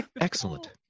Excellent